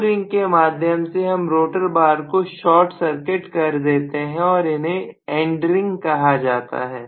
दो रिंग के माध्यम से हम रोटर बार को शॉर्ट सर्किट कर देते हैं और इन्हें एंड रिंग कहा जाता है